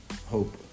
Hope